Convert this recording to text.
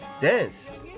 dance